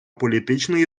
політичної